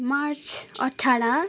March अठार